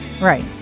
Right